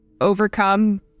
overcome-